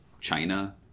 china